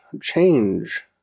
change